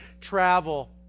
travel